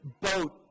boat